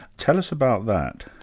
tell us about that.